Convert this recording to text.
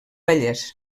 vallès